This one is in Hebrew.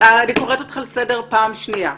אני קוראת אותך לסדר פעם שנייה.